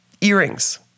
earrings